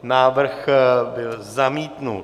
Návrh byl zamítnut.